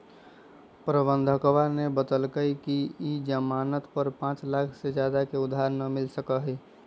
प्रबंधकवा ने बतल कई कि ई ज़ामानत पर पाँच लाख से ज्यादा के उधार ना मिल सका हई